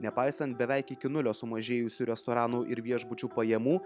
nepaisant beveik iki nulio sumažėjusių restoranų ir viešbučių pajamų